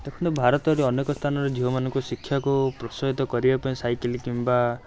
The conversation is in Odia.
ଦେଖନ୍ତୁ ଭାରତରେ ଅନେକ ସ୍ଥାନରେ ଝିଅମାନଙ୍କୁ ଶିକ୍ଷାକୁ ପ୍ରୋତ୍ସାହିତ କରିବାପାଇଁ ସାଇକେଲ୍ କିମ୍ବା